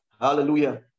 Hallelujah